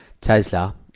Tesla